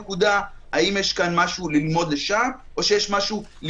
זו נקודה חשובה, הסיפור הזה עם חולים.